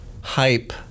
hype